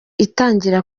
itangira